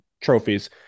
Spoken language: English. trophies